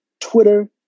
Twitter